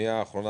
פנייה אחרונה